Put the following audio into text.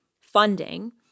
funding